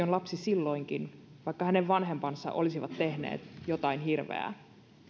on lapsi silloinkin vaikka hänen vanhempansa olisivat tehneet jotain hirveää